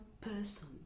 person